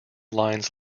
lines